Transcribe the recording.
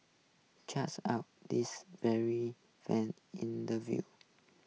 checks out this very fan interview